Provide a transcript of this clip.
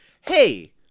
hey